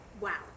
Wow